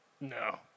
No